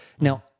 Now